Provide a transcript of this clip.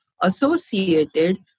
associated